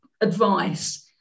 advice